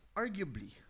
arguably